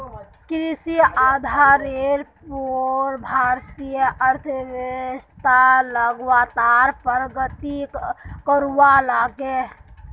कृषि आधारेर पोर भारतीय अर्थ्वैव्स्था लगातार प्रगति करवा लागले